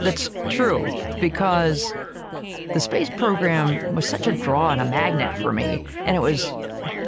that's true, because the space program was such a draw and a magnet for me. and it was